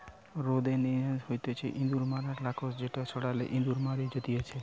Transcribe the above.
rodenticide হতিছে ইঁদুর মারার নাশক যেটি ছড়ালে ইঁদুর মরি জাতিচে